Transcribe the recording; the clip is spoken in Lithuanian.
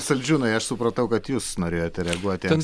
saldžiūnai aš supratau kad jūs norėjote reaguoti